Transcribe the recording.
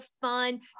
fun